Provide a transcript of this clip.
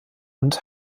und